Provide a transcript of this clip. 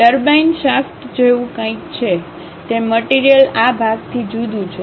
turbine shaft જેવું કંઈક છે તે મટીરીયલ આ ભાગથી જુદી છે